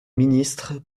ministre